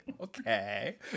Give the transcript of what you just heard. okay